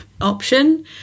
option